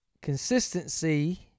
consistency